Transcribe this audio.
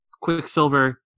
Quicksilver